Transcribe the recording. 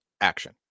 action